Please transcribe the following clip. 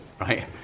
right